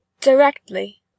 Directly